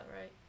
right